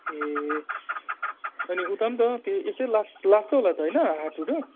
ए अनि उता पनि त के यस्तै लाक लाग्छ होला त होइन हाटहरू